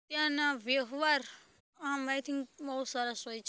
ત્યાંનાં વ્યવહાર આમ આઈ થિંક બઉ સરસ હોય છે